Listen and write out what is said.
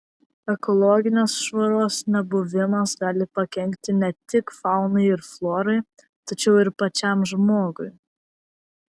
ekologinės švaros nebuvimas gali pakenkti ne tik faunai ir florai tačiau ir pačiam žmogui